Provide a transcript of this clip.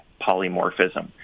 polymorphism